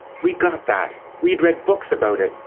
we got that. we'd read books about it,